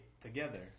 together